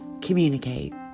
communicate